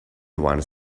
ones